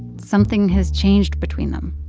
something has changed between them.